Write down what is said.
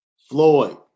Floyd